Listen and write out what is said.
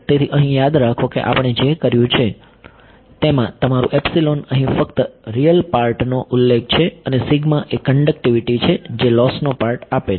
તેથી અહીં યાદ રાખો કે આપણે જે કર્યું છે તેમાં તમારું અહીં ફક્ત રીયલ પાર્ટનો ઉલ્લેખ છે અને સિગ્મા એ કંડકટીવીટી છે જે લોસનો પાર્ટ આપે છે